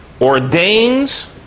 ordains